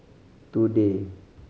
today